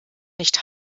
nicht